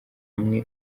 hamwe